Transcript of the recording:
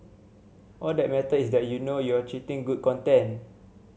all that matter is that you know you're creating good content